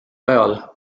ajal